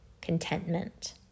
contentment